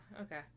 okay